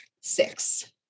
six